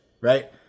Right